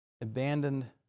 abandoned